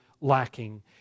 lacking